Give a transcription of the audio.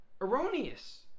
erroneous